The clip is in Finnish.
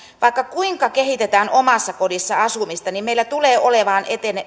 vaikka kuinka kehitetään omassa kodissa asumista niin meillä tulee olemaan